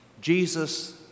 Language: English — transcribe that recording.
Jesus